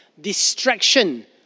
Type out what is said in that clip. distraction